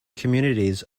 communities